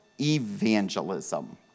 evangelism